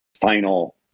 final